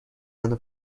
منو